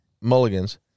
Mulligan's